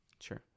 Sure